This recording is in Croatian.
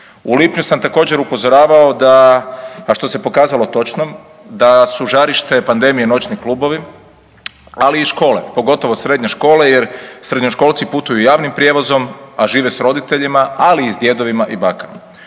U lipnju sam također upozoravao da, a što se pokazalo točnom, da su žarište pandemije noćni klubovi, ali i škole, pogotovo srednje škole jer srednjoškolci putuju javnim prijevozom, a žive s roditeljima, ali i s djedovima i bakama.